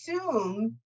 assume